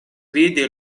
vidi